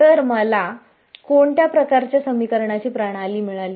तर आता मला कोणत्या प्रकारच्या समीकरणाची प्रणाली मिळाली